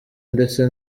ndetse